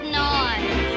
noise